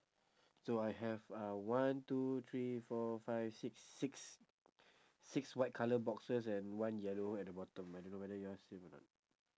so I have uh one two three four five six six six white colour boxes and one yellow at the bottom I don't know whether yours same or not